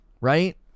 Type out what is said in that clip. Right